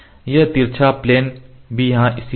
तो यह तिरछा प्लेन भी यहाँ स्थित है